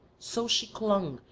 so she clung,